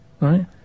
Right